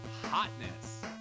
Hotness